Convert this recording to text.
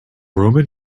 roman